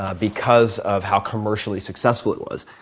ah because of how commercially successful it was.